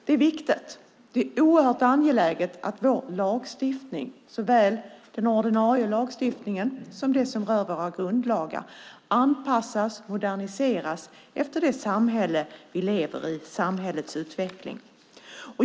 Det är viktigt och oerhört angeläget att vår lagstiftning, såväl den ordinarie lagstiftningen som det som rör våra grundlagar, anpassas och moderniseras efter det samhälle vi lever i och samhällets utveckling.